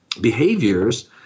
behaviors